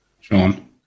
Sean